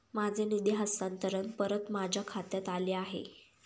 माझे निधी हस्तांतरण परत माझ्या खात्यात आले आहे